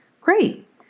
Great